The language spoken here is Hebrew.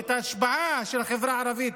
את ההשפעה של החברה הערבית